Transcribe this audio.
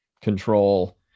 control